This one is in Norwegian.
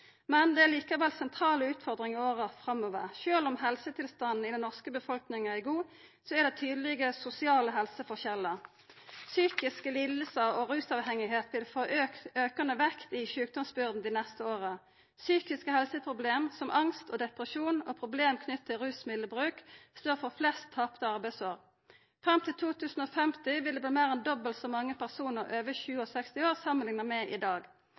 Men det er likevel sentrale utfordringar i åra framover. Sjølv om helsetilstanden i den norske befolkninga er god, er det tydelege sosiale helseforskjellar. Psykiske lidingar og rusavhengighet vil få aukande vekt i sjukdomsbyrda dei neste åra. Psykiske helseproblem som angst og depresjon og problem knytte til rusmiddelbruk står for flest tapte arbeidsår. Fram til 2050 vil det verta meir enn dobbelt så mange personar over 67 år samanlikna med i dag.